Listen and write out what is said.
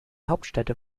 hauptstädte